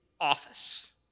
office